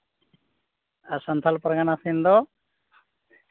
ᱟᱨ ᱥᱟᱱᱛᱟᱞ ᱯᱟᱨᱜᱟᱱᱟ ᱥᱮᱱ ᱫᱚ